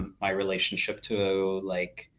um my relationship to, like,